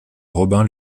robin